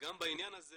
וגם בעניין הזה